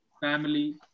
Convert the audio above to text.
family